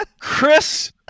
Chris